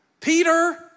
Peter